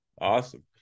awesome